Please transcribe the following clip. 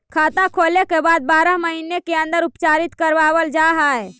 खाता खोले के बाद बारह महिने के अंदर उपचारित करवावल जा है?